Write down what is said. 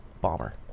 bomber